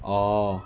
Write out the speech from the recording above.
oh